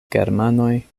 germanoj